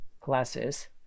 classes